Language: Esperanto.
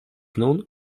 nun